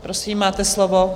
Prosím, máte slovo.